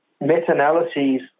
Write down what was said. meta-analyses